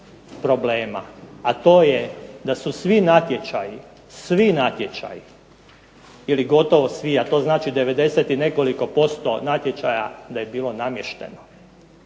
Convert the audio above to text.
a to je da su svi natječaji, svi natječaji ili gotovo svi, a to znači 90 i nekoliko posto natječaja da je bilo namješteno.